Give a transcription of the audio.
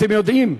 אתם יודעים,